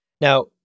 Now